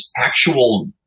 actual